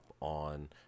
on